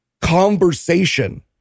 conversation